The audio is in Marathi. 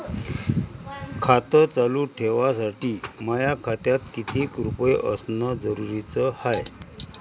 खातं चालू ठेवासाठी माया खात्यात कितीक रुपये असनं जरुरीच हाय?